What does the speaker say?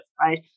right